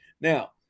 now